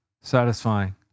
satisfying